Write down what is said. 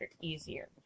easier